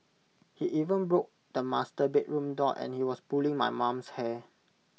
he even broke the master bedroom door and he was pulling my mum's hair